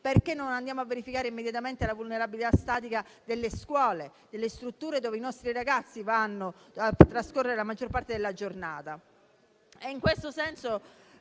perché non andiamo a verificare immediatamente la vulnerabilità statica delle scuole, delle strutture dove i nostri ragazzi trascorrono la maggior parte della giornata.